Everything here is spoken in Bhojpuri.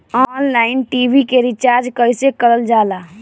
ऑनलाइन टी.वी के रिचार्ज कईसे करल जाला?